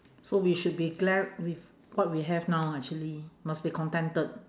so we should be glad with what we have now actually must be contented